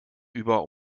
über